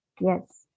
Yes